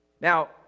Now